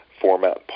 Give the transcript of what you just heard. format